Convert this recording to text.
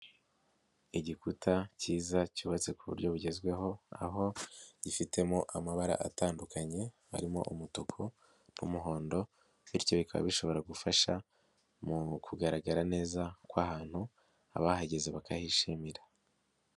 Igikuta cyiza cyubatse ku buryo bugezweho, aho gifitemo amabara atandukanye, harimo umutuku n'umuhondo bityo bikaba bishobora gufasha mu kugaragara neza kw'ahantu, abahageze bakahishimira.